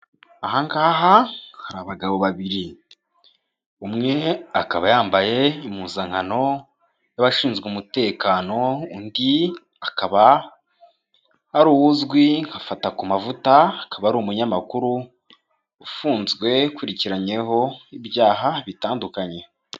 Aha ngaha hari abagabo babiri umwe akaba yambaye impuzankano y'abashinzwe umutekano undi akaba hari uwuzwi nka Fatakumavuta akaba ari umunyamakuru ufunzwe ukurikiranyweho ibyaha bitandukanye.